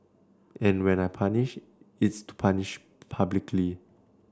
and when I punish it's to punish publicly